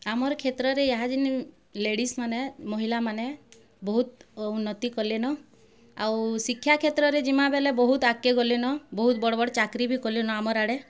ଆମର୍ କ୍ଷେତ୍ରରେ ଇହାଜିନି ଲେଡ଼ିସ୍ମାନେ ମହିଲାମାନେ ବହୁତ୍ ଉନ୍ନତି କଲେନ ଆଉ ଶିକ୍ଷା କ୍ଷେତ୍ରରେ ଯିମା ବେଲେ ବହୁତ୍ ଆଗକେ ଗଲେନ ବହୁତ୍ ବଡ଼ ବଡ଼ ଚାକିରି ବି କଲେନ ଆମର୍ ଆଡ଼େ